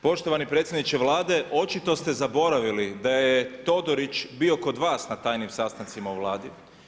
Poštovani predsjedniče Vlade, očito ste zaboravili da je Todorić bio kod vas na tajnim sastancima u Vladi.